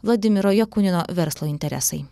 vladimiro jakunino verslo interesai